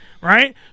right